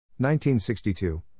1962